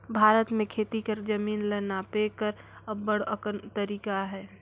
भारत में खेती कर जमीन ल नापे कर अब्बड़ अकन तरीका अहे